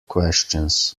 questions